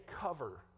cover